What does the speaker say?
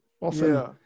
often-